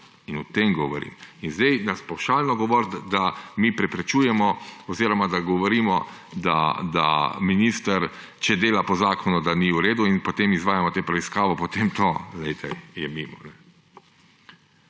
O tem govorim. In zdaj pavšalno govoriti, da mi preprečujemo oziroma da govorimo, da če minister dela po zakonu, to ni v redu, in potem izvajamo to preiskavo, potem je to mimo.